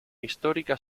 histórica